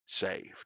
saved